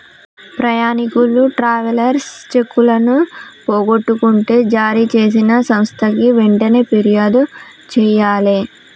ప్రయాణీకులు ట్రావెలర్స్ చెక్కులను పోగొట్టుకుంటే జారీచేసిన సంస్థకి వెంటనే పిర్యాదు జెయ్యాలే